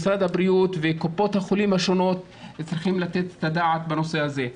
משרד הבריאות וקופות החולים השונות צריכים לתת את הדעת בנושא הזה.